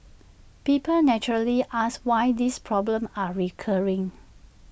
people naturally ask why these problems are recurring